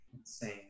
insane